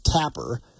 Tapper